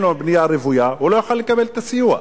לו בנייה רוויה לא יוכל לקבל את הסיוע.